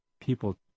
people